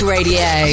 Radio